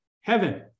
heaven